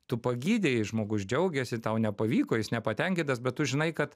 tu pagydei žmogus džiaugiasi tau nepavyko jis nepatenkintas bet tu žinai kad